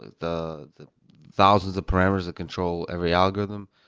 the the thousands of parameters that control every algorithm,